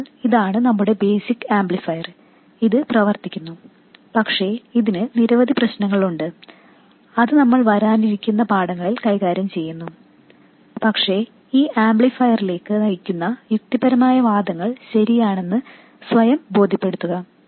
അതിനാൽ ഇതാണ് നമ്മുടെ ബേസിക് ആംപ്ലിഫയർ ഇത് പ്രവർത്തിക്കുന്നു പക്ഷേ ഇതിന് നിരവധി പ്രശ്നങ്ങളുണ്ട് അത് നമ്മൾ വരാനിരിക്കുന്ന പാഠങ്ങളിൽ കൈകാര്യം ചെയ്യുന്നു പക്ഷേ ഈ ആംപ്ലിഫയറിലേക്ക് നയിക്കുന്ന യുക്തിപരമായ വാദങ്ങൾ ശരിയാണെന്ന് സ്വയം ബോധ്യപ്പെടുത്തുക